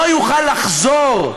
לא יוכל לחזור,